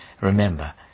Remember